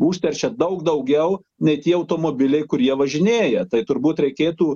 užteršia daug daugiau nei tie automobiliai kurie važinėja tai turbūt reikėtų